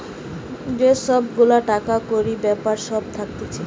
যে সব গুলা টাকা কড়ির বেপার সব থাকতিছে